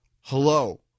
Hello